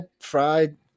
fried